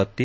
ಪತ್ತೆ